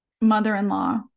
mother-in-law